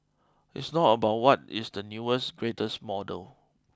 it's not about what is the newest greatest model